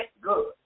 Good